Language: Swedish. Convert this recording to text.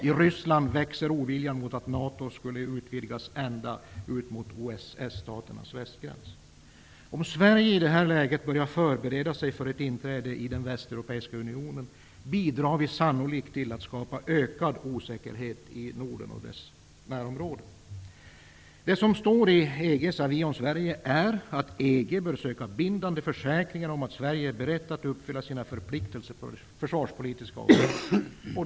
I Ryssland växer oviljan mot att NATO utvidgas ända ut mot Om Sverige i detta läge börjar förbereda sig för ett inträde i den västeuropeiska unionen bidrar vi sannolikt till att ökad osäkerhet skapas i Norden och dess närområde. Det som står i EG:s avi om Sverige är att EG bör söka bindande försäkringar om att Sverige är berett att uppfylla sin förpliktelser på det försvarspolitiska området.